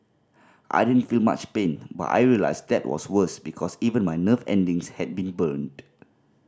I didn't feel much pain but I realised that was worse because even my nerve endings had been burned